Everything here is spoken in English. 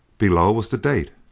below was the date,